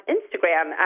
Instagram